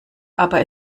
aber